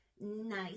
nice